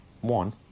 One